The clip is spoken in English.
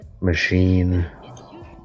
machine